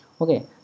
okay